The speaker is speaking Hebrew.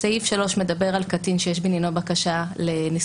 סעיף 3 מדבר על קטין שיש בעניינו בקשה לנזקקות